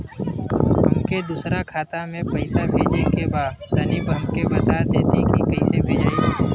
हमके दूसरा खाता में पैसा भेजे के बा तनि हमके बता देती की कइसे भेजाई?